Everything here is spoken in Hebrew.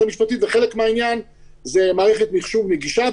המשפטית וחלק מהעניין זה מערכת מחשוב נגישה.